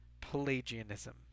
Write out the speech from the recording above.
Pelagianism